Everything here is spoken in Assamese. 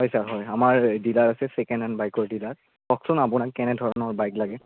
হয় ছাৰ হয় আমাৰ ডিলাৰ আছে ছেকেণ্ড হেণ্ড বাইকৰ ডিলাৰ কওকচোন আপোনাক কেনেধৰণৰ বাইক লাগে